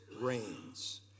reigns